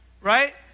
Right